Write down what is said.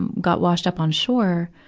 um got washed up on shore,